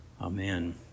Amen